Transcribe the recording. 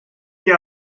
die